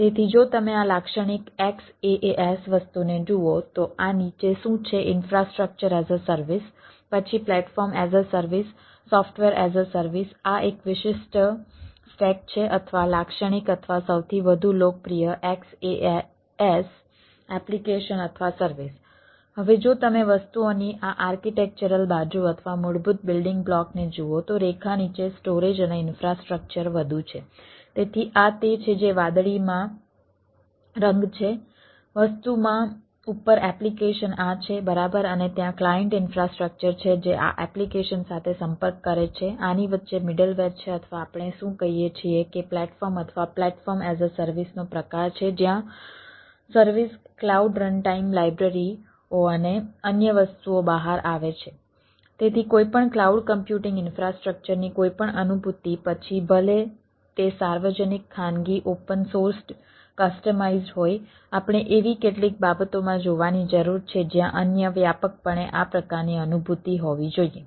તેથી જો તમે આ લાક્ષણિક XaaS વસ્તુને જુઓ તો આ નીચે શું છે ઇન્ફ્રાસ્ટ્રક્ચર એઝ અ સર્વિસ હોય આપણે એવી કેટલીક બાબતોમાં જોવાની જરૂર છે જ્યાં અન્ય વ્યાપકપણે આ પ્રકારની અનુભૂતિ હોવી જોઈએ